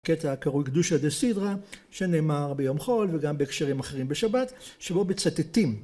קטע הקרוי ״קדושה דה סידרה״ שנאמר ביום חול וגם בהקשרים אחרים בשבת שבו בצטטים